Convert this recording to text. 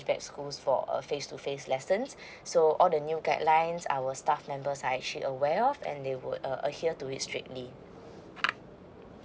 that school for a face to face lessons so all the new guidelines our staff members are actually aware of and they would a adhere to is strictly